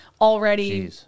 already